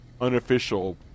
unofficial